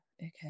okay